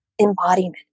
embodiment